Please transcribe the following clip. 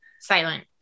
Silent